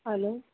hello